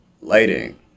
lighting